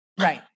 Right